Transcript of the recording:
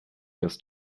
ist